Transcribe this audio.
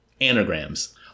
anagrams